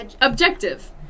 Objective